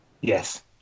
Yes